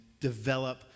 develop